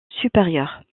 supérieures